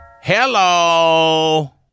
hello